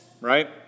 right